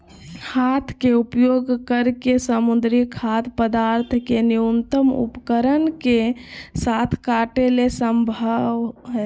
हाथ के उपयोग करके समुद्री खाद्य पदार्थ के न्यूनतम उपकरण के साथ काटे ले संभव हइ